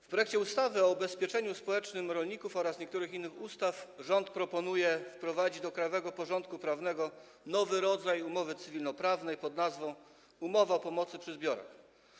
W projekcie ustawy o ubezpieczeniu społecznym rolników oraz niektórych innych ustaw rząd proponuje wprowadzić do krajowego porządku prawnego nowy rodzaj umowy cywilnoprawnej pod nazwą: umowa o pomocy przy zbiorach.